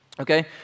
okay